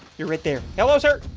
you're right there. hello, sir